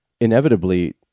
inevitably